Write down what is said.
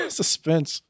suspense